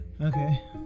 Okay